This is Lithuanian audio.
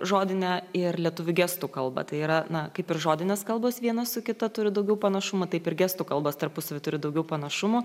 žodinę ir lietuvių gestų kalbą tai yra na kaip ir žodinės kalbos viena su kita turi daugiau panašumų taip ir gestų kalbos tarpusavy turi daugiau panašumų